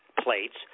plates